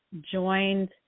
joined